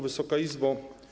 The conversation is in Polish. Wysoka Izbo!